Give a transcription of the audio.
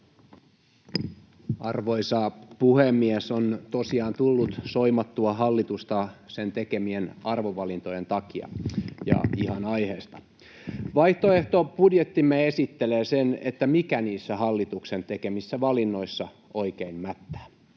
Arvoisa puhemies! On tosiaan tullut soimattua hallitusta sen tekemien arvovalintojen takia, ja ihan aiheesta. Vaihtoehtobudjettimme esittelee sen, mikä niissä hallituksen tekemissä valinnoissa oikein mättää.